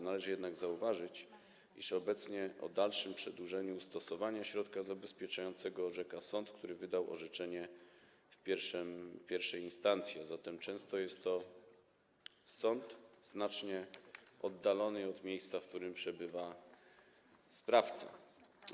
Należy jednak zauważyć, iż obecnie o dalszym przedłużeniu stosowania środka zabezpieczającego orzeka sąd, który wydał orzeczenie w pierwszej instancji, a zatem często jest to sąd znacznie oddalony od miejsca, w którym przebywa sprawca.